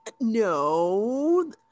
No